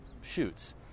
shoots